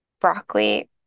broccoli